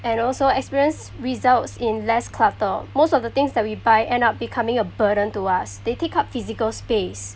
and also experience results in less clutter most of the things that we buy end up becoming a burden to us they take up physical space